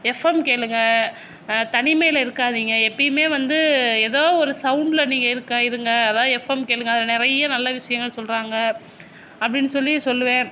FM கேளுங்க தனிமையில் இருக்காதிங்க எப்பவுமே வந்து எதோ ஒரு சௌண்டில் நீங்கள் இருக்கா இருங்க அதாவது எஃப்எம் கேளுங்கள் அதில் நிறைய நல்ல விஷயங்கள் சொல்கிறாங்க அப்படின்னு சொல்லி சொல்லுவேன்